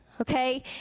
Okay